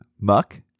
Muck